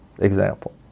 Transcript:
Example